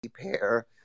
pair